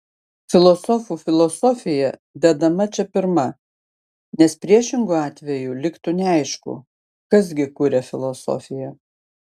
filosofų filosofija dedama čia pirma nes priešingu atveju liktų neaišku kas gi kuria filosofiją